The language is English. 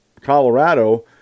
Colorado